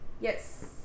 Yes